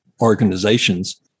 organizations